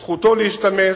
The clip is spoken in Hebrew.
זכותו להשתמש